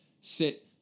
sit